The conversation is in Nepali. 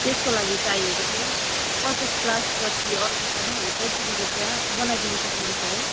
त्यसको लागि चाहिएको थियो पचास ग्लास जति अर्डर गर्नु भनेको चिनीको चिया बनाइदिनु सक्नुहुन्छ है